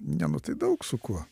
ne nu tai daug su kuo